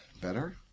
Better